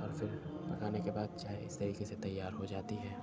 اور پھر پکانے کے بعد چائے اس طریقے سے تیار ہو جاتی ہے